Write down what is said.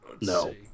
No